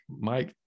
Mike